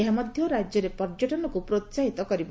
ଏହା ମଧ୍ୟ ରାଜ୍ୟରେ ପର୍ଯ୍ୟଟନକୁ ପ୍ରୋସାହିତ କରିବ